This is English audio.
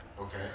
Okay